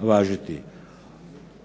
važiti.